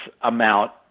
amount